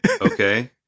okay